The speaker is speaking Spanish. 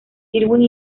irwin